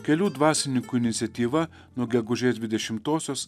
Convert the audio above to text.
kelių dvasininkų iniciatyva nuo gegužės dvidešimtosios